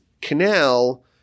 canal